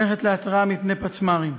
מערכת להתרעה מפני פצמ"רים.